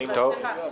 סליחה,